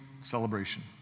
celebration